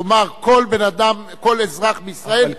תאמר: כל בן-אדם, כל אזרח בישראל, זכאי לדיור.